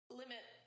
limit